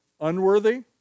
unworthy